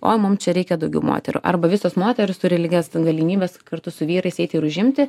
oj mum čia reikia daugiau moterų arba visos moterys turi lygias ten galimybes kartu su vyrais eiti ir užimti